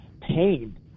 pain